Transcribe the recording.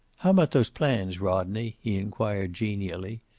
how about those plans, rodney? he inquired genially.